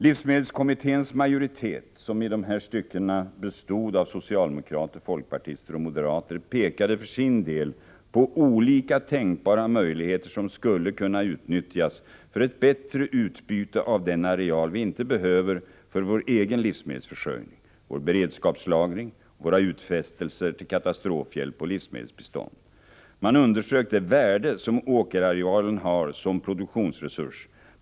Livsmedelskommitténs majoritet, som i dessa stycken bestod av socialdemokrater, folkpartister och moderater, pekade för sin del på olika tänkbara möjligheter som skulle kunna utnyttjas för ett bättre utbyte av den areal vi inte behöver för vår egen livsmedelsförsörjning, vår beredskapslagring och våra utfästelser till katastrofhjälp och livsmedelsbistånd. Man underströk det värde som åkerarealen har som produktionsresurs.